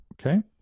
Okay